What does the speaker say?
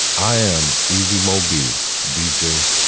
i am easy moby d j.